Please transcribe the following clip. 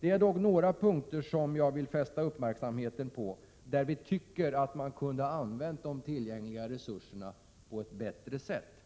Det är dock några punkter som jag vill fästa uppmärksamheten på, där vi tycker att de tillgängliga resurserna kunde ha använts på ett bättre sätt.